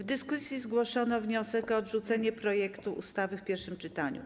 W dyskusji zgłoszono wniosek o odrzucenie projektu ustawy w pierwszym czytaniu.